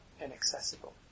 inaccessible